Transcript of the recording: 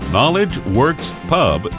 KnowledgeWorksPub